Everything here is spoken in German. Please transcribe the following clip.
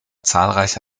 zahlreiche